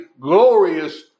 glorious